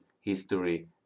history